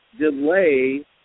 delay